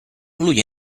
lui